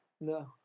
no